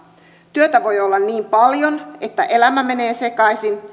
työtä voi olla niin paljon että elämä menee sekaisin